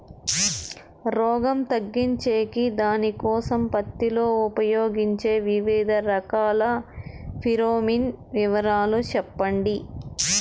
రోగం తగ్గించేకి దానికోసం పత్తి లో ఉపయోగించే వివిధ రకాల ఫిరోమిన్ వివరాలు సెప్పండి